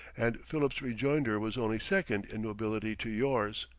and philip's rejoinder was only second in nobility to yours.